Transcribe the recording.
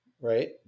right